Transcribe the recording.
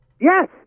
Yes